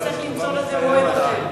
נצטרך למצוא לזה מועד אחר.